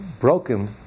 broken